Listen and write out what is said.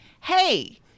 hey